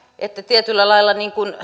että tietyllä lailla